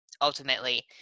ultimately